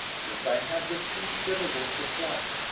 since i have this considerable supply.